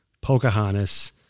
Pocahontas